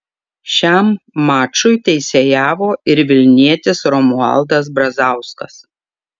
šiam mačui teisėjavo ir vilnietis romualdas brazauskas